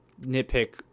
nitpick